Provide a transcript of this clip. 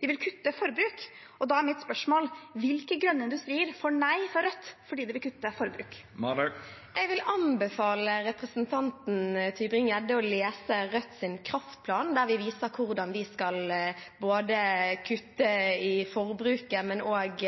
de vil kutte forbruket. Da er mitt spørsmål: Hvilke grønne industrier får nei fra Rødt, fordi de vil kutte forbruket? Jeg vil anbefale representanten Tybring-Gjedde å lese Rødts kraftplan, der vi viser både hvordan vi skal kutte i forbruket, og